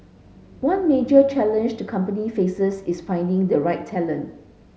one major challenge the company faces is finding the right talent